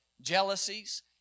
jealousies